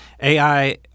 AI